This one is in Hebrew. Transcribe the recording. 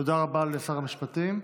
תודה רבה לשר המשפטים.